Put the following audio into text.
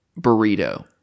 burrito